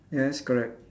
yes correct